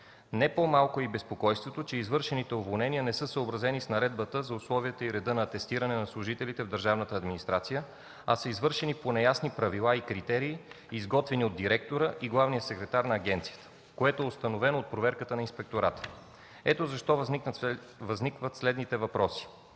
Не по-малко е и безпокойството, че извършените уволнения не са съобразени с Наредбата за условията и реда за атестиране на служителите в държавната администрация, а са извършени по неясни правила и критерии, изготвени от директора и главния секретар на агенцията, което е установено от проверката на Инспектората. Ето защо възникват следните въпроси: